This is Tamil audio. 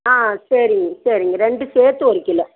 ஆ சரிங்க சரிங்க ரெண்டும் சேர்த்து ஒரு கிலோ